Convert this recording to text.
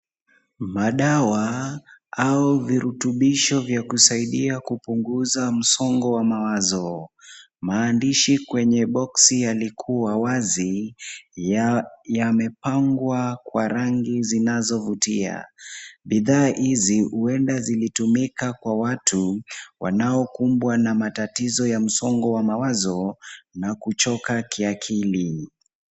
Madawa au virutubisho vya kusaidia kupunguza msongo wa mawazo. Maandishi kwenye boxi yalikuwa wazi yamepangwa kwa rangi zinazo vutia. Bidhaa hizi huenda zilitumika kwa watu wanao kumbwa na matatizo ya msongo ya mawazo na kuchoka ki akili.